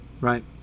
right